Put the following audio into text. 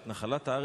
את נחלת הארץ,